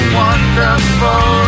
wonderful